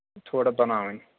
تھوڑا بَناوٕنۍ